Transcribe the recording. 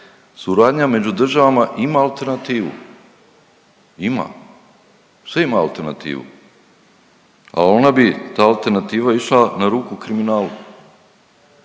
suradnja među državama ima alternativu, ima, sve ima alternativu, ali ona bi ta alternativa išla na ruku kriminalu